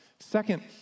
Second